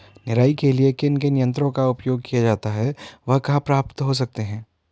निराई के लिए किन किन यंत्रों का उपयोग किया जाता है वह कहाँ प्राप्त हो सकते हैं?